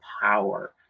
power